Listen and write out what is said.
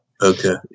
Okay